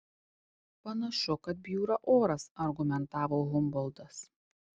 panašu kad bjūra oras argumentavo humboltas